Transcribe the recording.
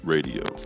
Radio